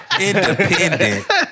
independent